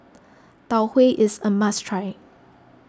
Tau Huay is a must try